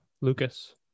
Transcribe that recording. Lucas